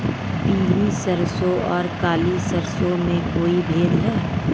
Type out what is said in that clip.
पीली सरसों और काली सरसों में कोई भेद है?